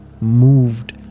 moved